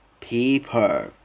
people